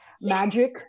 magic